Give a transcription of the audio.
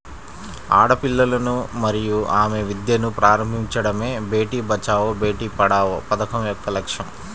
ఆడపిల్లలను మరియు ఆమె విద్యను ప్రారంభించడమే బేటీ బచావో బేటి పడావో పథకం యొక్క లక్ష్యం